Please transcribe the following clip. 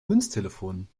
münztelefon